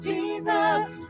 Jesus